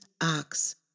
ox